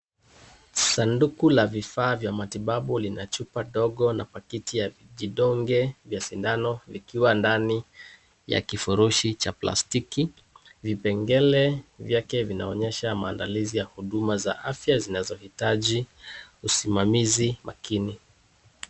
Sanduku la vifaa vya matibabu lina chupa dogo na pakiti ya jidonge vya sindano likiwa ndani ya kifurushi cha plastiki. Vipengele vyake vinaonyesha maandalizi ya huduma za afya zinazohitaji usimamizi makini.